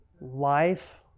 Life